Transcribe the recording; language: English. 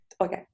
okay